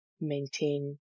maintain